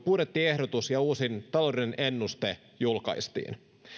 budjettiehdotus ja uusin taloudellinen ennuste julkaistiin